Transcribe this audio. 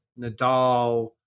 Nadal